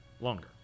longer